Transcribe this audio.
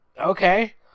okay